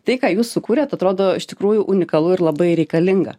tai ką jūs sukūrėt atrodo iš tikrųjų unikalu ir labai reikalinga